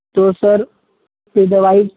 तो सर ये दवाई